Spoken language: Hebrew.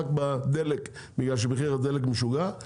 רק בדלק כי מחיר הדלק משוגע,